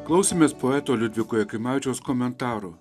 klausėmės poeto liudviko jakimavičiaus komentarų